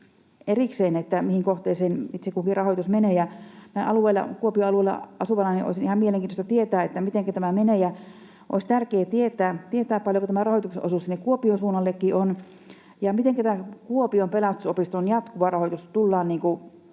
erikseen, mihin kohteeseen itse kukin rahoitus menee, ja näin Kuopion alueella asuvana olisi ihan mielenkiintoista tietää, että mitenkä tämä menee, ja olisi tärkeä tietää, paljonko tämä rahoituksen osuus sinne Kuopion suunnallekin on, ja mitenkä tämän Kuopion Pelastusopiston jatkuva rahoitus tullaan